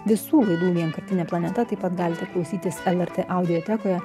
visų laidų vienkartinė planeta taip pat galite klausytis lrt audiotekoje